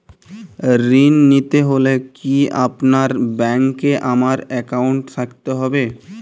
ঋণ নিতে হলে কি আপনার ব্যাংক এ আমার অ্যাকাউন্ট থাকতে হবে?